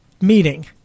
meeting